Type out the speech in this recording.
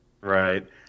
Right